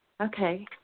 Okay